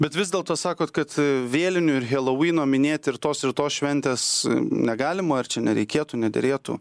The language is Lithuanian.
bet vis dėlto sakot kad vėlinių ir helovyno minėt ir tos ir tos šventės negalima ar čia nereikėtų nederėtų